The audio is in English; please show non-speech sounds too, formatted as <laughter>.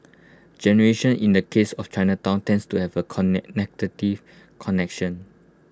generation in the case of Chinatown tends to have A con <unintelligible> connection